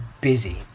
busy